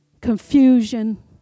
confusion